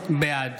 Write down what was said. בעד